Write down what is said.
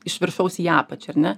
iš viršaus į apačią ar ne